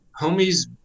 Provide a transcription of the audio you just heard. homies